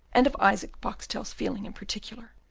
and of isaac boxtel's feelings in particular.